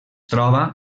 troba